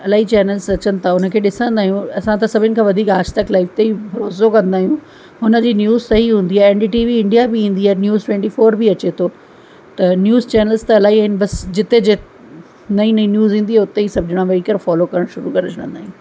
अलाई चैनल्स अचनि था उन खे ॾिसंदा आहियूं असां त सभिनि खां वधीक आज तक लाइव ते ई भरोसो कंदा आहियूं उन जी न्यूस सही हूंदी आहे इंडिया टी वी इंडिया बि ईंदी आहे न्यूस ट्वंटी फ़ोर बि अचे थो त न्यूस चैनल्स त अलाई आहिनि बस जिते जे नईं नईं न्यूज़ ईंदी आहे उते ई सभु ॼणा वेही करे फ़ॉलो करणु शुरू करे छॾंदा आहियूं